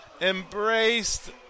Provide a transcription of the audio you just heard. embraced